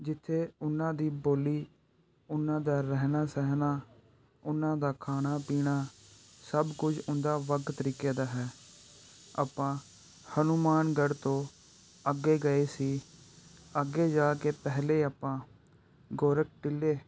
ਜਿੱਥੇ ਉਹਨਾਂ ਦੀ ਬੋਲੀ ਉਨ੍ਹਾਂ ਦਾ ਰਹਿਣਾ ਸਹਿਣਾ ਉਹਨਾਂ ਦਾ ਖਾਣਾ ਪੀਣਾ ਸਭ ਕੁਝ ਉਹਨਾਂ ਦਾ ਵੱਖ ਤਰੀਕੇ ਦਾ ਹੈ ਆਪਾਂ ਹਨੂੰਮਾਨਗੜ੍ਹ ਤੋਂ ਅੱਗੇ ਗਏ ਸੀ ਅੱਗੇ ਜਾ ਕੇ ਪਹਿਲਾਂ ਆਪਾਂ ਗੋਰਖ ਟਿੱਲੇ